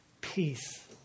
peace